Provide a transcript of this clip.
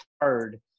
hard